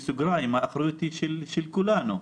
בסוגריים האחריות היא של כולנו.